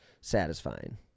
satisfying